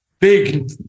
big